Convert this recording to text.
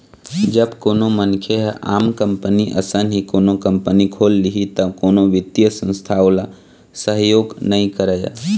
जब कोनो मनखे ह आम कंपनी असन ही कोनो कंपनी खोल लिही त कोनो बित्तीय संस्था ओला सहयोग नइ करय